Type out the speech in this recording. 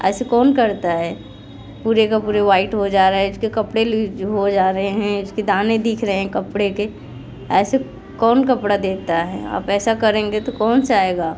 ऐसे कौन करता है पूरे के पूरे व्हाइट हो जा रहा है उसके कपड़े जो हो जा रहे हैं उसके दाने दिख रहे हैं कपड़े के ऐसे कौन कपड़ा देता है आप ऐसा करेंगे तो कौन सा आएगा